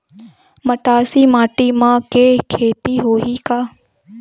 मटासी माटी म के खेती होही का?